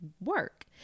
work